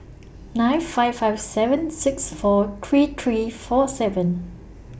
nine five five seven six four three three four seven